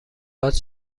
گاز